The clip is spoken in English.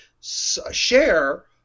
share